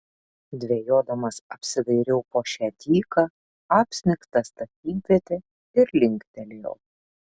dvejodamas apsidairiau po šią dyką apsnigtą statybvietę ir linktelėjau